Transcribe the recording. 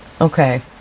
okay